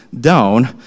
down